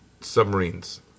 submarines